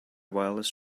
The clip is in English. wildest